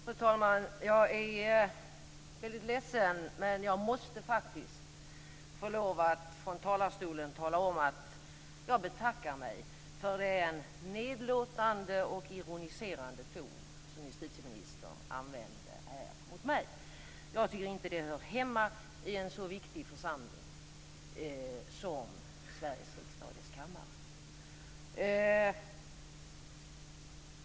Fru talman! Jag är väldigt ledsen, men jag måste faktiskt få lov att från talarstolen tala om att jag betackar mig för den nedlåtande och ironiserande ton som justitieministern använde mot mig. Jag tycker inte att det hör hemma i en sådan viktig församling som Sveriges riksdag och dess kammare.